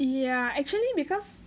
ya actually because